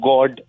God